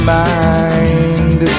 mind